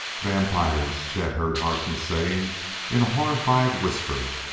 vampires! chet heard harkness saying in a horrified whisper.